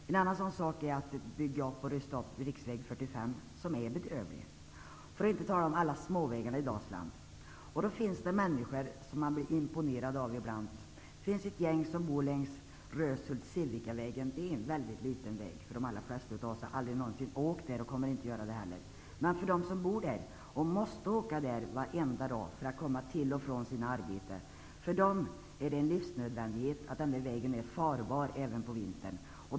Ett annat sådant projekt är att rusta upp riksväg 45, som är bedrövlig. Samma sak gäller alla småvägarna i Dalsland. Det finns människor som man ibland blir imponerad av. Ett gäng bor längs Röshult-- Sivikavägen. Det är en väldigt liten väg. De allra flesta av oss har aldrig någonsin åkt där och kommer aldrig att göra det heller. För dem som bor där, och måste åka där varenda dag för att komma till och från sina arbeten, är det en livsnödvändighet att vägen är farbar även på vintern.